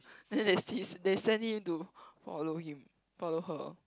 then they see they send him to follow him follow her